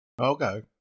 Okay